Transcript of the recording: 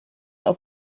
auf